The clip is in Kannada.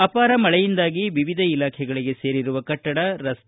ಅಪಾರ ಮಳೆಯಿಂದಾಗಿ ವಿವಿಧ ಇಲಾಖೆಗಳಿಗೆ ಸೇರಿರುವ ಕಟ್ಟಡ ರಸ್ತೆ